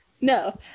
No